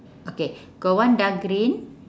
okay got one dark green